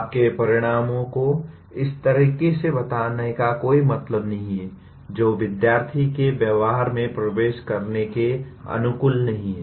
आपके परिणामों को इस तरीके से बताने का कोई मतलब नहीं है जो विद्यार्थी के व्यवहार में प्रवेश करने के अनुकूल नहीं हैं